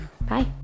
Bye